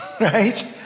right